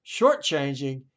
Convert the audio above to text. shortchanging